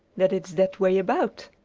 that it's that way about,